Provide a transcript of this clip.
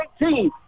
18